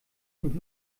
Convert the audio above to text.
und